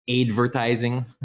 advertising